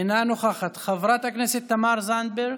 אינה נוכחת, חברת הכנסת תמר זנדברג,